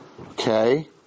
Okay